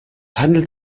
handelt